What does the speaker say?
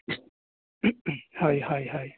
হয় হয় হয়